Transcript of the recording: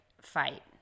fight